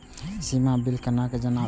सीमा bill केना जमा करब?